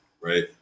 right